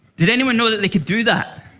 did anyone know that they could do that?